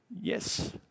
yes